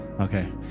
okay